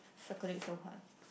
circle it so hard